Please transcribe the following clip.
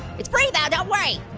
it's free though, don't worry!